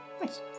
nice